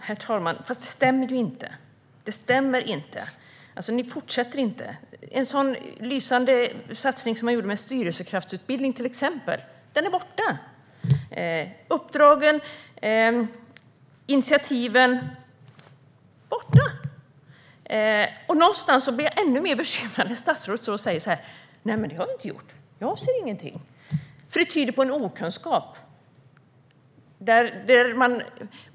Herr talman! Det stämmer inte. Ni fortsätter inte. En sådan lysande satsning som till exempel styrelsekraftsutbildning är borta. Uppdragen och initiativen är borta. Någonstans blir jag ännu mer bekymrad när statsrådet säger: Nej, det har vi inte gjort. Vi avser ingenting. Det tyder på en okunskap.